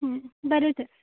बरें तर